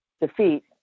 defeat